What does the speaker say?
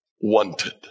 wanted